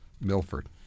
Milford